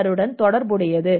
ஆருடன் தொடர்புடையது